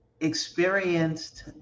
experienced